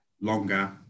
longer